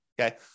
Okay